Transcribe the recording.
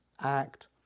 act